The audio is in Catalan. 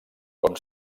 com